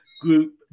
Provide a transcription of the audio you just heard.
Group